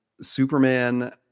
Superman